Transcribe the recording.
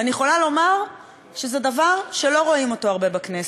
ואני יכולה לומר שזה דבר שלא רואים הרבה בכנסת.